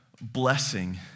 blessing